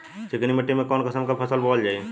चिकनी मिट्टी में कऊन कसमक फसल बोवल जाई?